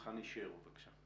חני שר, בבקשה.